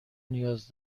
نیاز